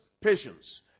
patience